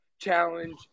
challenge